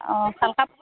অঁ ভাল কাপ